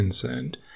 concerned